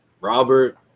Robert